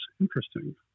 interesting